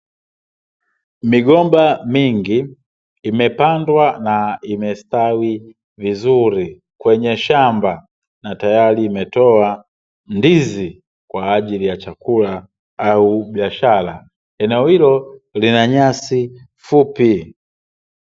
Migomba mingi imepandwa na imestawi vuzuri kwenye shamba na tayari imetoa ndizi kwaajili ya chakula au biashara, eneo hilo lina nyasi fupi.